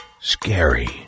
scary